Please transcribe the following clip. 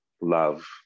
love